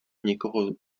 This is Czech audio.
někoho